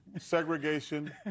segregation